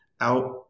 out